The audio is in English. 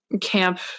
camp